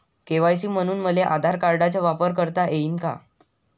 KYC म्हनून मले आधार कार्डाचा वापर करता येईन का?